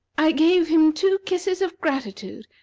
i gave him two kisses of gratitude,